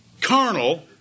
carnal